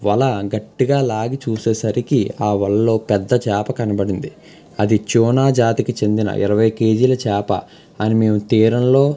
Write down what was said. వల గట్టిగా లాగి చూసేసరికి ఆ వలలో పెద్ద చేప కనపడింది అది చోనా జాతికి చెందిన ఇరవై కేజీల చేప అని మేము తీరంలో